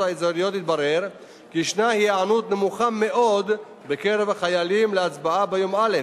האזוריות התברר כי יש היענות נמוכה מאוד בקרב החיילים להצבעה ביום ראשון.